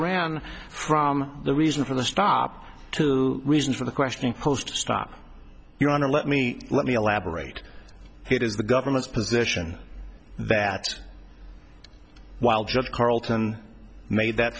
ran from the reason for the stop two reasons for the question posed stop your honor let me let me elaborate it is the government's position that while judge carlton made that